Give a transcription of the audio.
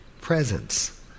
Presence